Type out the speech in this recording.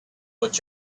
what